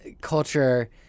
culture